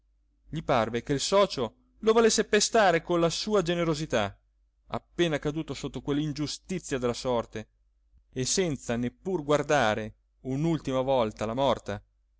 gli parve che il socio lo volesse pestare con la sua generosità appena caduto sotto quell'ingiustizia della sorte e senza neppur guardare un'ultima volta la morta